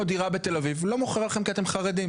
דירה בתל אביב "לא מוכר לכם כי אתם חרדים",